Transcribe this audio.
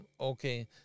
Okay